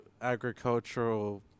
agricultural